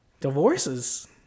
divorces